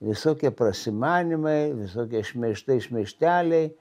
visokie prasimanymai visokie šmeižtai šmeižteliai